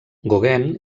gauguin